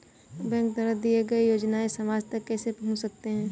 Bank द्वारा दिए गए योजनाएँ समाज तक कैसे पहुँच सकते हैं?